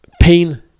pain